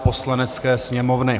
Poslanecké sněmovny